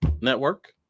network